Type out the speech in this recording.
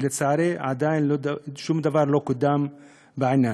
ולצערי שום דבר לא קודם בעניין.